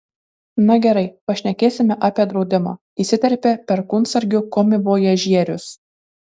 na gerai pašnekėsime apie draudimą įsiterpė perkūnsargių komivojažierius